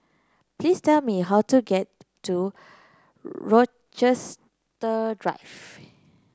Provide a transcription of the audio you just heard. please tell me how to get to Rochester Drive